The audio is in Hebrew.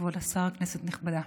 כבוד השר, כנסת נכבדה,